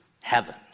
heaven